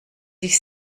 sich